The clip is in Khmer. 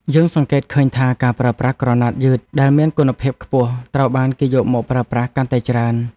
យើងសង្កេតឃើញថាការប្រើប្រាស់ក្រណាត់យឺតដែលមានគុណភាពខ្ពស់ត្រូវបានគេយកមកប្រើប្រាស់កាន់តែច្រើន។